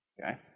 Okay